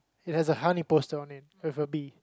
it has a honey poster on it with a bee